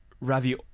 Ravi